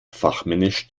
fachmännisch